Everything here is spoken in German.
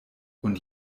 und